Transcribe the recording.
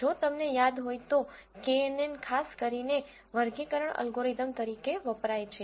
જો તમને યાદ હોય તો knn ખાસ કરીને વર્ગીકરણ એલ્ગોરિધમ તરીકે વપરાય છે